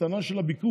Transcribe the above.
הקטנה של הביקוש.